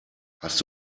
hast